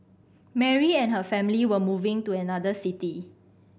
Mary and her family were moving to another city